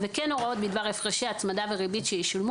וכן הוראות בדבר הפרשי הצמדה וריבית שישולמו